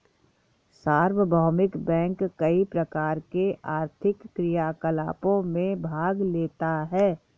सार्वभौमिक बैंक कई प्रकार के आर्थिक क्रियाकलापों में भाग लेता है